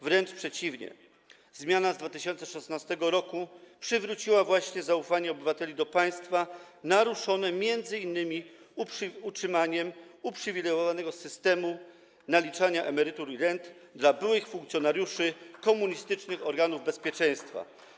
Wręcz przeciwnie, zmiana z 2016 r. właśnie przywróciła zaufanie obywateli do państwa, naruszone m.in. utrzymaniem uprzywilejowanego systemu naliczania emerytur i rent dla byłych funkcjonariuszy komunistycznych organów bezpieczeństwa.